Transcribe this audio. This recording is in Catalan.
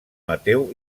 mateu